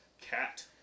cat